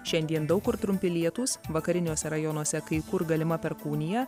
šiandien daug kur trumpi lietūs vakariniuose rajonuose kai kur galima perkūnija